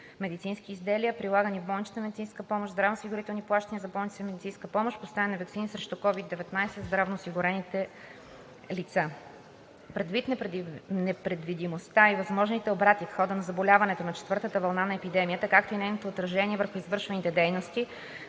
медицински изделия, прилагани в болничната медицинска помощ; здравноосигурителни плащания за болнична медицинска помощ; поставяне на ваксини срещу COVID-19 за здравноосигурените лица. Предвид непредвидимостта и възможните обрати в хода на заболяването на четвъртата вълна на епидемията, както и нейното отражение върху извършваните дейности,